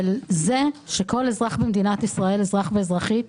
וזה שכל אזרח במדינת ישראל, אזרח ואזרחית,